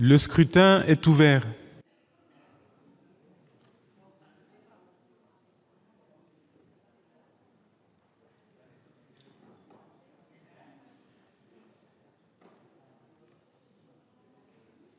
Le scrutin est ouvert.